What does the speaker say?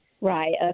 right